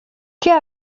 què